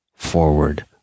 forward